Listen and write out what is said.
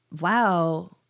wow